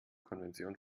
konvention